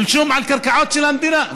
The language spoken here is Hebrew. פולשים לקרקעות של המדינה,